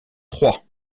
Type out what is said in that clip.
trois